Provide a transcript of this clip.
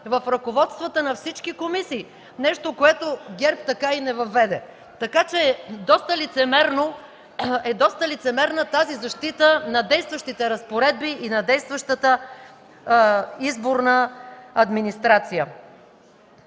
в ръководствата на всички комисии, нещо което ГЕРБ така и не въведе. Така че доста лицемерна е тази защита на действащите разпоредби и на действащата изборна администрация.